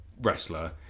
wrestler